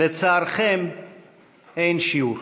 לצערכם אין שיעור.